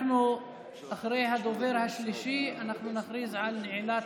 אחרי הדובר השלישי אנחנו נכריז על נעילת